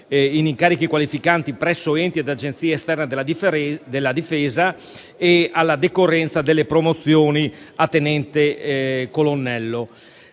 in incarichi qualificanti presso enti ed agenzie esterne della Difesa e alla decorrenza delle promozioni a tenente colonnello.